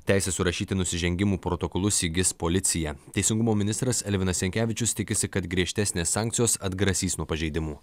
teisės surašyti nusižengimų protokolus įgis policija teisingumo ministras elvinas jankevičius tikisi kad griežtesnės sankcijos atgrasys nuo pažeidimų